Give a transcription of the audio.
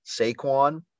Saquon